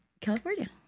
California